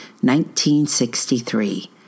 1963